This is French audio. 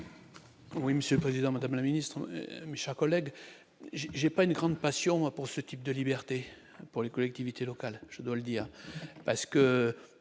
Oui, Monsieur le Président, Madame la Ministre, Mischa collègues, j'ai pas une grande passion pour ce type de liberté pour les collectivités locales, je dois le dire